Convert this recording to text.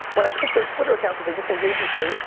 when i click their twitter account, cause they just engaged with me,